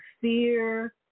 fear